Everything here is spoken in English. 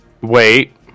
Wait